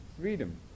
freedom